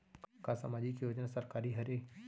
का सामाजिक योजना सरकारी हरे?